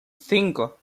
cinco